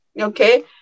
Okay